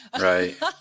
right